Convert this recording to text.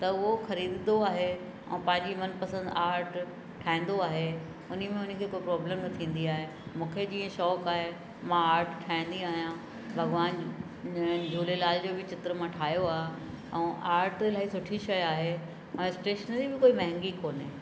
त उहो ख़रीददो आहे ऐं पंहिंजी मनपसंदि आर्ट ठाहींदो आहे उन में उन खे को प्रॉब्लम न थींदी आहे मूंखे जीअं शौक़ु आहे मां आर्ट ठाहींदी आहियां भॻवान झूलेलाल जो बि चित्र मां ठाहियो आहे ऐं आर्ट इलाही सुठी शइ आहे ऐं स्टेशनरी बि कोई महांगी कोन्हे